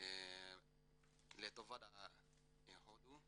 לטובת הודו.